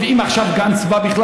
ואם עכשיו גנץ בא,